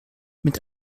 mit